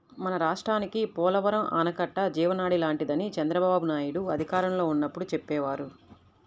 మన రాష్ట్రానికి పోలవరం ఆనకట్ట జీవనాడి లాంటిదని చంద్రబాబునాయుడు అధికారంలో ఉన్నప్పుడు చెప్పేవారు